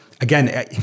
again